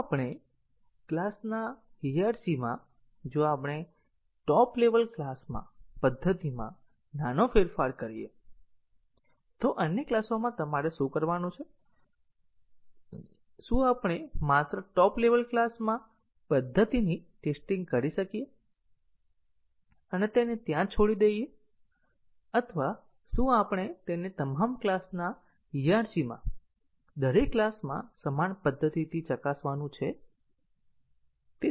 જો આપણે ક્લાસના હયરરકી માં જો આપણે ટોપ લેવલ ક્લાસમાં પદ્ધતિમાં નાનો ફેરફાર કરીએ તો અન્ય ક્લાસોમાં તમારે શું કરવાનું છે શું આપણે માત્ર ટોપ લેવલ ક્લાસમાં પદ્ધતિની ટેસ્ટીંગ કરી શકીએ અને તેને ત્યાં જ છોડી દઈએ અથવા શું આપણે તેને તમામ ક્લાસના હયરરકી માં દરેક ક્લાસમાં સમાન પધ્ધતિથી ચકાસવાનું છે